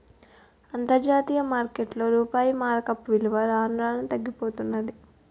అంతర్జాతీయ మార్కెట్లో రూపాయి మారకపు విలువ రాను రానూ తగ్గిపోతన్నాది